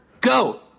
Go